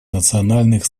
национальных